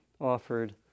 offered